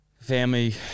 family